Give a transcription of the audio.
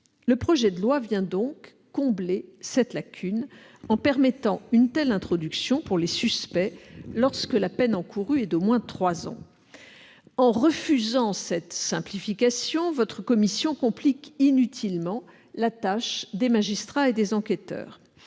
Le projet de loi vient donc combler cette lacune en permettant une telle introduction au domicile des suspects lorsque la peine encourue est d'au moins trois ans. En refusant cette simplification, votre commission complique inutilement la tâche des magistrats et des enquêteurs.